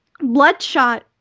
Bloodshot